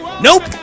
nope